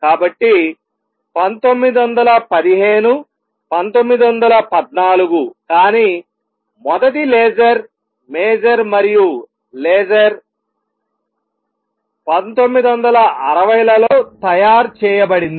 కాబట్టి 1915 1914 కానీ మొదటి లేజర్ మేజర్ మరియు లేజర్ 1960 లలో తయారు చేయబడింది